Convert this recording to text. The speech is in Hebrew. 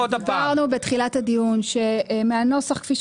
אמרנו שנתקן את זה בנוסח.